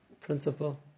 principle